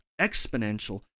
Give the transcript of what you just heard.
exponential